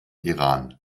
iran